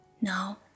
Now